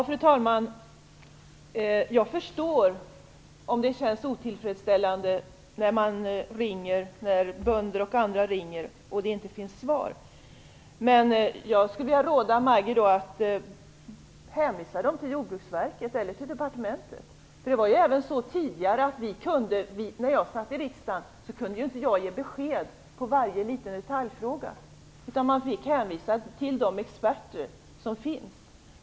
Fru talman! Jag förstår att det känns otillfredsställande när bönder och andra ringer och man inte kan ge svar. Jag skulle vilja råda Maggi Mikaelsson att hänvisa dem till Jordbruksverket eller till departementet. När jag satt i riksdagen kunde inte jag ge besked om varje liten detaljfråga. Jag fick hänvisa till de experter som fanns.